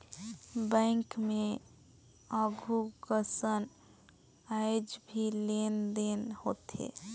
bank मे आघु कसन आयज भी लेन देन होथे